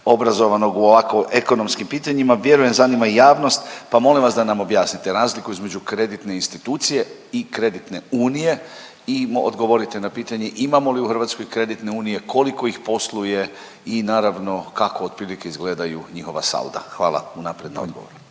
obrazovanog u ovako ekonomskim pitanjima, vjerujem zanima i javnost pa molim vas da nam objasnite razliku između kreditne institucije i kreditne unije i odgovorite na pitanje imamo li u Hrvatskoj kreditne unije, koliko ih posluje i naravno, kako otprilike izgledaju njihova salda? Hvala unaprijed na odgovoru.